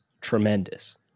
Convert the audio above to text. tremendous